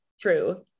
True